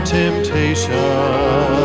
temptation